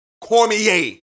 Cormier